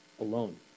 alone